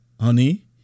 Honey